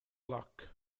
luck